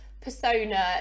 persona